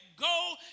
go